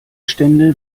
stände